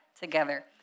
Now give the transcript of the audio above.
together